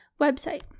website